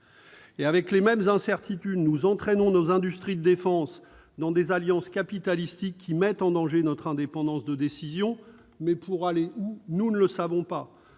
Avec les mêmes incertitudes, nous entraînons nos industries de défense dans des alliances capitalistiques qui mettent en danger notre indépendance de décision. Pour aller où ? Nous ne le savons pas.